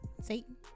Satan